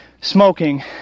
smoking